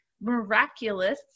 miraculous